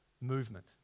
movement